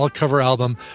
album